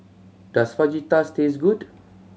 does Fajitas taste good